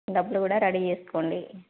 డబ్బులు కూడా రెడీ చేసుకోండి